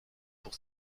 pour